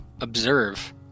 observe